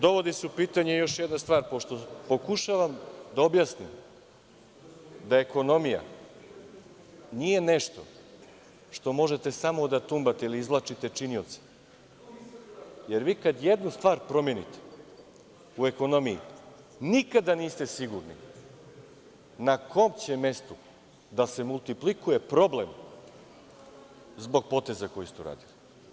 Dovodi se u pitanje još jedna stvar, pošto pokušavam da objasnim da ekonomija nije nešto što možete samo da tumbate ili izvlačite činioce, jer kad jednu stvar promenite u ekonomiji nikada niste sigurni na kom će mestu da se multiplikuje problem zbog poteza koji ste uradili.